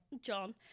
John